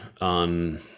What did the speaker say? on